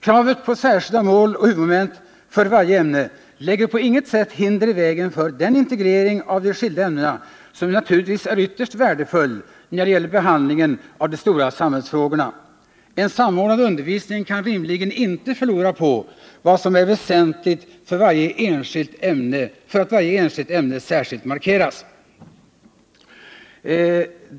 Kravet på särskilda mål och huvudoment för varje ämne lägger på inget sätt hinder i vägen för den integrering av de skilda ämnena som naturligtvis är ytterst värdefull när det gäller behandlingen av de stora samhällsfrågorna. En samordnad undervisning kan rimligen inte förlora på att vad som är väsentligt för varje enskilt ämne särskilt markeras.